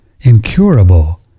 incurable